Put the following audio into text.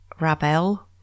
Rabel